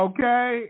Okay